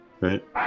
right